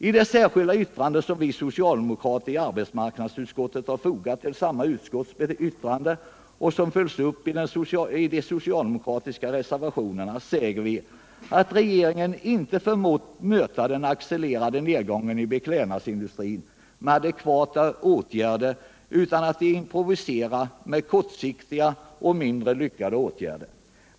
I den avvikande mening som vi socialdemokrater i arbetsmarknadsutskottet har fogat till samma utskotts yttrande och som följs upp i de socialdemokratiska reservationerna säger vi att regeringen inte har förmått möta den accelererande nedgången i beklädnadsindustrin med adekvata åtgärder, utan att man improviserat med kortsiktiga och mindre lyckade åtgärder.